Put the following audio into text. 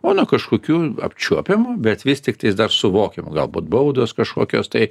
o nuo kažkokių apčiuopiamų bet vis tiktai dar suvokiam galbūt baudos kažkokios tai